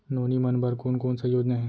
नोनी मन बर कोन कोन स योजना हे?